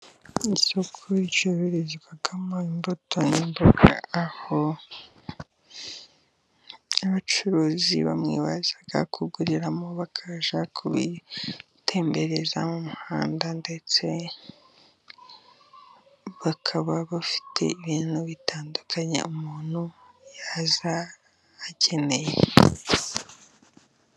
Isoko ricururizwamo imbuto n'imboga, aho abacuruzi bamwe baza kuguriramo, bakaza kubitembereza mu muhanda ndetse bakaba bafite ibintu bitandukanye umuntu yaza akeneye.